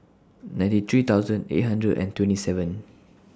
ninety three thousand eight hundred and twenty seven